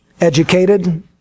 educated